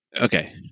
Okay